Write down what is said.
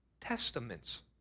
testaments